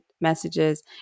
messages